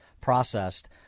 processed